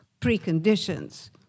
preconditions